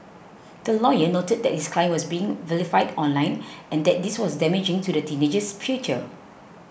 the lawyer noted that his client was being vilified online and that this was damaging to the teenager's future